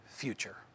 future